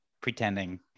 pretending